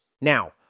Now